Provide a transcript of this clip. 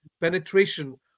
penetration